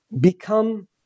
become